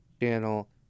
channel